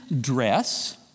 dress